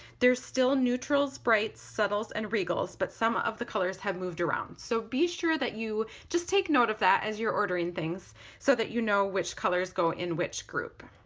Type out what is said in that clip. there's still neutrals, bright, subtles and regals but some of the colors have moved around so be sure that you just take note of that as you're ordering things so that you know which colors go in which group.